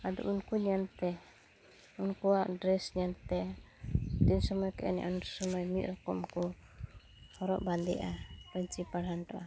ᱟᱫᱚ ᱩᱱᱠᱩ ᱧᱮᱞᱛᱮ ᱩᱱᱠᱩᱣᱟᱜ ᱰᱨᱮᱹᱥ ᱧᱮᱞᱛᱮ ᱛᱤᱱᱥᱚᱢᱚᱭ ᱠᱚ ᱮᱱᱮᱡᱼᱟ ᱩᱱ ᱥᱚᱢᱚᱭ ᱢᱤᱫ ᱨᱚᱠᱚᱢ ᱠᱚ ᱦᱚᱨᱚᱜ ᱵᱟᱸᱫᱮᱜᱼᱟ ᱯᱟᱹᱧᱪᱤ ᱯᱟᱲᱦᱟᱴᱚᱜᱼᱟ